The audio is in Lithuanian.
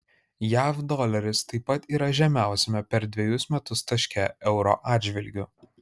jav doleris taip pat yra žemiausiame per dvejus metus taške euro atžvilgiu